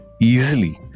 Easily